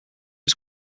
was